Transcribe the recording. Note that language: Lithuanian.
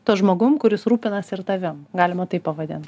tuo žmogum kuris rūpinas ir tavim galima taip pavadin